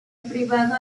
privado